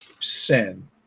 sin